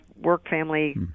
Work-family